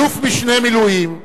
אלוף-משנה במילואים,